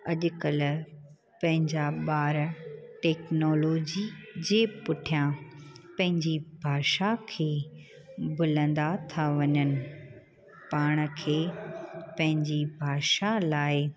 अॼुकल्ह पंहिंजा ॿार टेक्नोलॉजी जे पुठिया पंहिंजी भाषा खे भुलंदा था वञनि पाण खे पंहिंजी भाषा लाइ